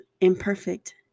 imperfect